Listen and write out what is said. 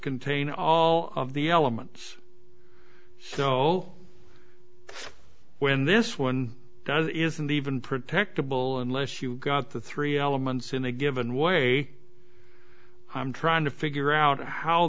contain all of the elements so when this one does isn't even protectable unless you've got the three elements in a given way i'm trying to figure out how